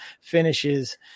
finishes